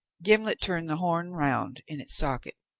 gimblet turned the horn round in its socket.